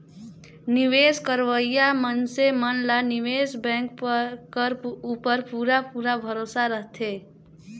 निवेस करोइया मइनसे मन ला निवेस बेंक कर उपर पूरा पूरा भरोसा रहथे